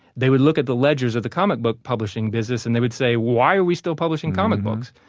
they would look at the ledgers of the comic book publishing business, and they would say, why are we still publishing comic books?